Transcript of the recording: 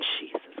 Jesus